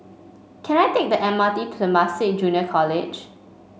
can I take the M R T to Temasek Junior College